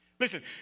Listen